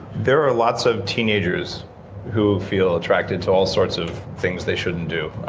there are lots of teenagers who feel attracted to all sorts of things they shouldn't do,